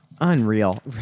Unreal